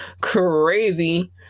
crazy